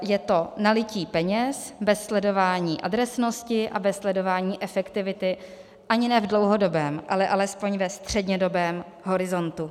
Je to nalití peněz bez sledování adresnosti a bez sledování efektivity ani ne v dlouhodobém, ale alespoň ve střednědobém horizontu.